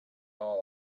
all